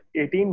18